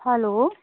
hello